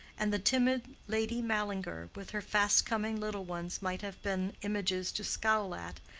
and the timid lady mallinger with her fast-coming little ones might have been images to scowl at,